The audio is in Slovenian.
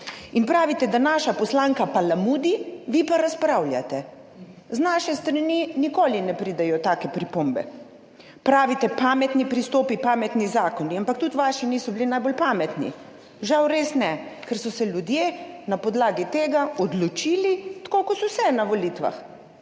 Pravite, da naša poslanka palamudi, vi pa razpravljate. Z naše strani nikoli ne pridejo take pripombe. Pravite, pametni pristopi, pametni zakoni, ampak tudi vaši niso bili najbolj pametni, žal res ne, ker so se ljudje na podlagi tega odločili tako, kot so se na volitvah.